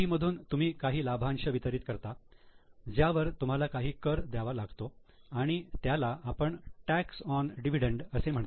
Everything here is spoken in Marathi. मधून तुम्ही काही लाभांश वितरित करता ज्यावर तुम्हाला काही कर द्यावा लागतो आणि त्याला आपण टॅक्स ऑन डिव्हिडंड असे म्हणतो